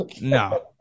No